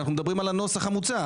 אנחנו מדברים על הנוסח המוצע,